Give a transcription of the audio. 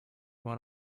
one